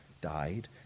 died